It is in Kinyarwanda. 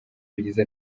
bigize